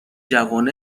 جوانب